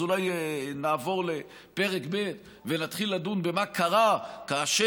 אז אולי נעבור לפרק ב' ונתחיל לדון במה קרה כאשר